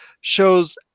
shows